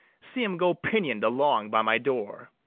see em go pinion'd along by my door.